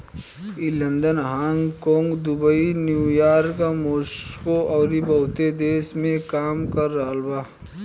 ई London, Hong Kong, Dubai, New York, Moscow अउरी बहुते देश में काम कर रहल बा